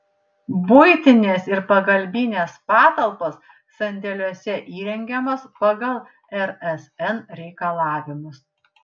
buitinės ir pagalbinės patalpos sandėliuose įrengiamos pagal rsn reikalavimus